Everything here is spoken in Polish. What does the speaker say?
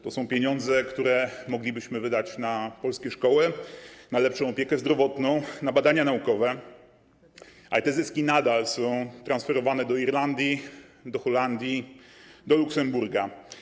To są pieniądze, które moglibyśmy wydać na polskie szkoły, na lepszą opiekę zdrowotną, na badania naukowe, ale te zyski nadal są transferowane do Irlandii, Holandii i Luksemburga.